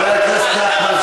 חברי הכנסת, חברי הכנסת.